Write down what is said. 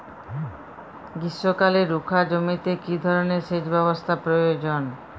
গ্রীষ্মকালে রুখা জমিতে কি ধরনের সেচ ব্যবস্থা প্রয়োজন?